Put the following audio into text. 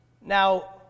Now